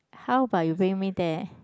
how about you bring me there